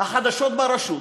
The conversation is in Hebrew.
החדשות ברשות,